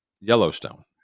Yellowstone